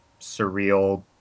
surreal